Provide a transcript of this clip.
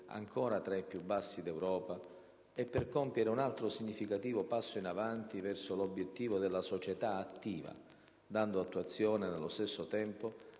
ancora tra i più bassi d'Europa - e per compiere un altro significativo passo in avanti verso l'obiettivo della società attiva, dando attuazione, nello stesso tempo,